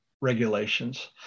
regulations